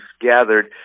gathered